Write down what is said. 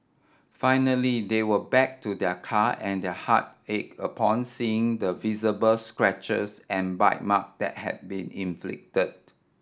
finally they went back to their car and their heart ached upon seeing the visible scratches and bite mark that had been inflicted